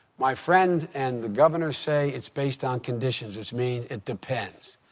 my friend and the governor say it's based on conditions, which means it depends.